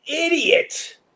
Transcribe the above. idiot